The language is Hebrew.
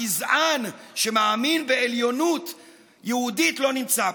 הגזען שמאמין בעליונות יהודית, לא נמצא פה,